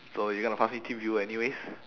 so you gonna pass me teamviewer anyways